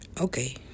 okay